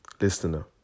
listener